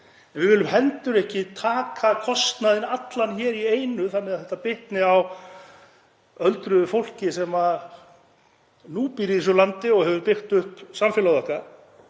við viljum heldur ekki taka kostnaðinn allan í einu þannig að þetta bitni á öldruðu fólki sem nú býr í þessu landi og hefur byggt upp samfélagið okkar.